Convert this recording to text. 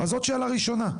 אז זאת שאלה ראשונה.